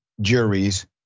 juries